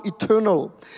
eternal